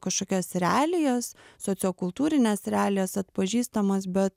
kašokias realijas sociokultūrines realijas atpažįstamas bet